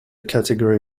category